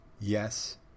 yes